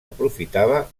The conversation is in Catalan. aprofitava